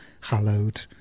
hallowed